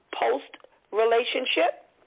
post-relationship